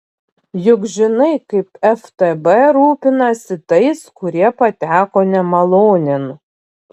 juk žinai kaip ftb rūpinasi tais kurie pateko nemalonėn